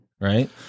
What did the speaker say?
Right